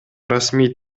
расмий